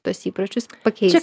tuos įpročius pakeist